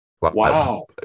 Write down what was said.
Wow